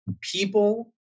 People